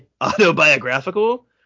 autobiographical